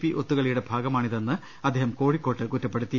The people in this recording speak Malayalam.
പി ഒത്തുകളിയുടെ ഭാഗമാണിതെന്ന് അദ്ദേഹം കോഴിക്കോട്ട് കുറ്റപ്പെടുത്തി